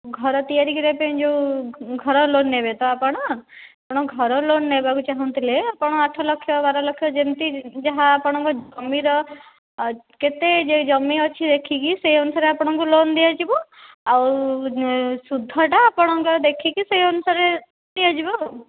ଘର ତିଆରି କରିବା ପାଇଁ ଯେଉଁ ଘର ଲୋନ୍ ନେବେତ ଆପଣ ଆପଣ ଘର ଲୋନ ନେବାକୁ ଚାହୁଁ ଥିଲେ ଆପଣ ଅଠର ଲକ୍ଷ ବାର ଲକ୍ଷ ଯେମିତି ଯାହା ଆପଣଙ୍କ ଜମିର କେତେ ଯେ ଜମି ଅଛି ଦେଖିକି ସେ ଅନୁସାରେ ଆପଣଙ୍କୁ ଲୋନ ଦିଆଯିବ ଆଉ ସୁଧ ଟା ଆପଣଙ୍କର ଦେଖିକି ସେ ଅନୁସାରେ ଦିଆଯିବ ଆଉ